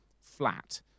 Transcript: flat